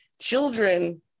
children